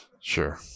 Sure